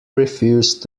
refused